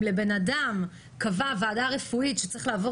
אם ועדה רפואית קבעה שאדם צריך לעבור